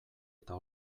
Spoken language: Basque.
eta